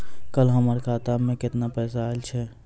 कल हमर खाता मैं केतना पैसा आइल छै?